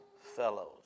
fellows